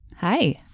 Hi